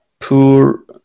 poor